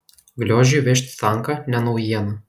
gliožiui vežti tanką ne naujiena